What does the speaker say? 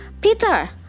Peter